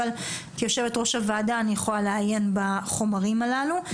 אבל כיושבת ראש הוועדה אני יכולה לעיין בחומרים הללו.